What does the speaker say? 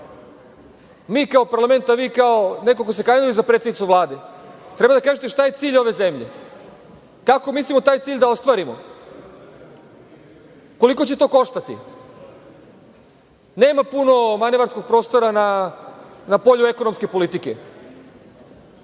Mi kao Parlament, vi kao neko ko se kandiduje za predsednicu Vlade, treba da kažete šta je cilj ove zemlje, kako mislimo taj cilj da ostvarimo, koliko će to koštati. Nema puno manevarskog prostora na polju ekonomske politike.